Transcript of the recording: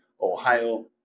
Ohio